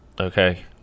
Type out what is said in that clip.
Okay